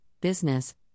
business